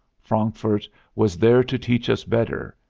frankfurt was there to teach us better,